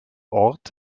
ort